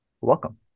Welcome